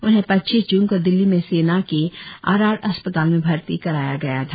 उन्हें पच्चीस ज्न को दिल्ली में सेना के आरआर अस्पताल में भर्ती कराया गया था